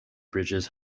bridges